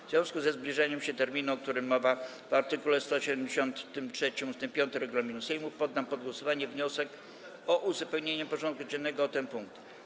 W związku ze zbliżaniem się terminu, o którym mowa w art. 173 ust. 5 regulaminu Sejmu, poddam pod głosowanie wniosek o uzupełnienie porządku dziennego o ten punkt.